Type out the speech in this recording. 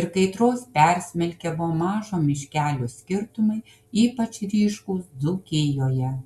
ir kaitros persmelkiamo mažo miškelio skirtumai ypač ryškūs dzūkijoje